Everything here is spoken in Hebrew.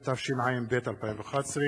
התשע"ב 2011,